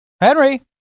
Henry